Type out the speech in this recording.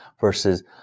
versus